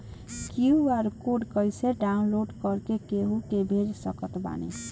QR code कइसे download कर के केहु के भेज सकत बानी?